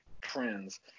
trends